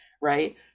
right